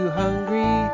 hungry